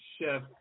chef